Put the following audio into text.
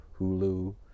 Hulu